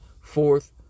Fourth